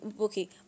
okay